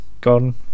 gone